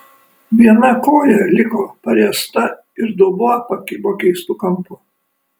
viena koja liko pariesta ir dubuo pakibo keistu kampu